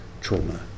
trauma